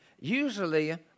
Usually